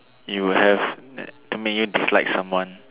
you have to make you dislike someone